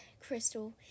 Crystal